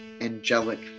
angelic